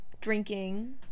drinking